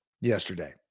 yesterday